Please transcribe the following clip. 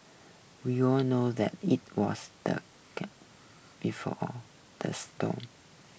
we all knew that it was the calm before the storm